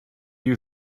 you